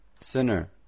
sinner